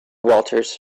walters